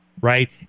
right